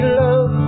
love